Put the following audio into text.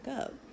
up